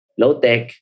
low-tech